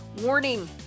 Warning